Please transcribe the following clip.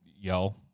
yell